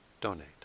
donate